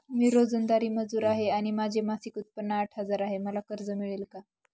मी रोजंदारी मजूर आहे आणि माझे मासिक उत्त्पन्न आठ हजार आहे, मला कर्ज मिळेल का?